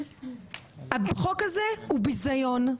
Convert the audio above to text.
החוק הזה הוא ביזיון,